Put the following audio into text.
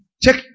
Check